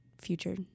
Future